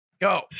Go